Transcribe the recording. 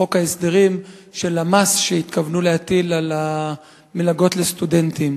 מחוק ההסדרים של המס שהתכוונו להטיל על המלגות לסטודנטים.